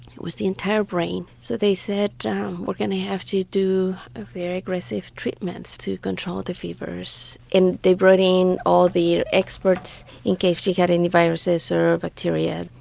it was the entire brain, so they said we're going to have to do very aggressive treatment to control the fevers and they brought in all the experts in case she had any viruses or bacteria.